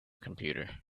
computer